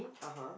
(uh huh)